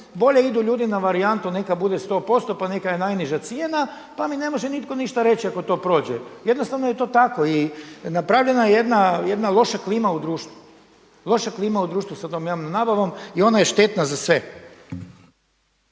Bolje idu ljudi na varijantu neka bude 100% pa neka je najniža cijena pa mi ne može nitko ništa reći ako to prođe. Jednostavno je to tako i napravljena je jedna loša klima u društvu sa tom javnom nabavom i ona je štetna za sve.